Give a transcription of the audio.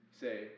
say